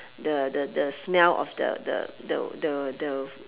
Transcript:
the the the smell of the the the the the